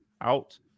out